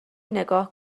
نگاه